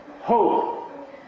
hope